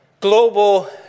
global